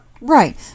Right